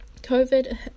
COVID